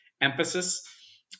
emphasis